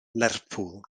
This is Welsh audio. lerpwl